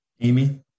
Amy